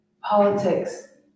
politics